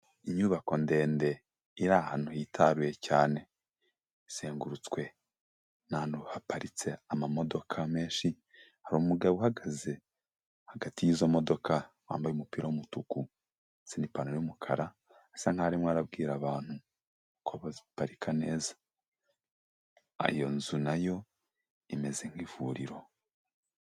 Inyubako ndende iri ahantu hitaruye cyane izengurutswe n'ahantu haparitse amamodoka menshi, hari umugabo uhagaze hagati yizo modoka wambaye umupira w'umutuku ndetse n'ipantaro y'umukara asa nk'aho arimo arabwira abantu uko baziparika neza. Iyo nzu nayo imeze nk'ivuriro.